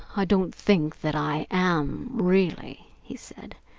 i don't think that i am, really, he said.